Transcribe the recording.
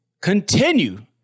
continue